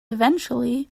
eventually